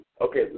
Okay